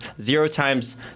zero-times